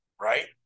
right